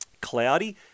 Cloudy